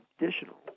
additional